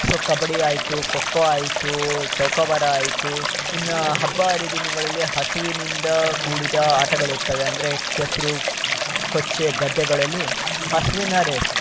so kabaddi ಆಯಿತು ಖೋಖೋ ಆಯಿತು ಚೌಕಾಬಾರ ಆಯಿತು ಇನ್ನೂ ಹಬ್ಬ ಹರಿದಿನಗಳಲ್ಲಿ ಹಸುವಿನಿಂದ ಕೂಡಿದ ಆಟಗಳಿರ್ತವೆ ಅಂದರೆ ಕೆಸರು ಕೊಚ್ಚೆ ಗದ್ದೆಗಳಲ್ಲಿ ಹಸುವಿನ ರೇಸು